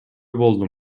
болдум